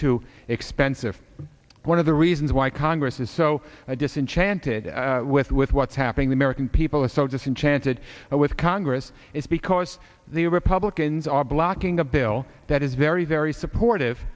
too expensive one of the reasons why congress is so disenchanted with with what's happening the american people are so disenchanted with congress is because the republicans are blocking a bill that is very very supportive